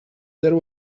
there